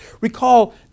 Recall